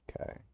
Okay